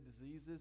diseases